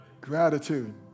Gratitude